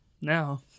Now